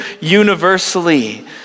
universally